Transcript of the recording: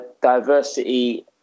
diversity